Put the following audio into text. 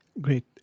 Great